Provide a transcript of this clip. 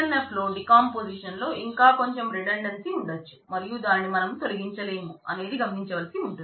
3NF లో డీకంపోజిషన్లో ఇంకా కొంచం రిడండెన్సీ ఉండొచ్చు మరియు దానిని మనం తొలగించలేం అనేది గమనించవలసి ఉంటుంది